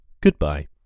Goodbye